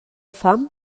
fam